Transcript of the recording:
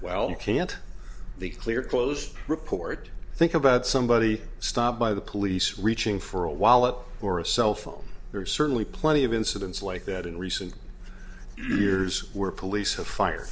well can't the clear clothes report think about somebody stopped by the police reaching for a while or a cell phone there are certainly plenty of incidents like that in recent years where police have fire